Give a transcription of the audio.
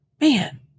man